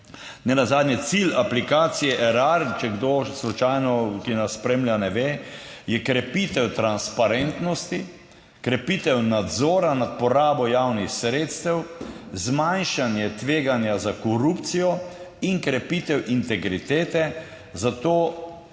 nenazadnje cilj aplikacije Erar, če kdo slučajno, ki nas spremlja, ne ve, je krepitev transparentnosti, krepitev nadzora nad porabo javnih sredstev, zmanjšanje tveganja za korupcijo in krepitev integritete. Zato